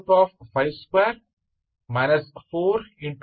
4